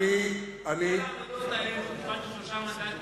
קיבלתם שלושה מנדטים,